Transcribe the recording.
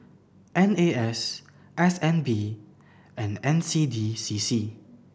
N A S S N B and N C D C C